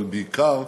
אבל בעיקר,